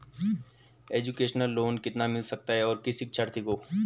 Education loan कितना मिल सकता है और किस शिक्षार्थी को?